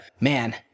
man